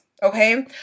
Okay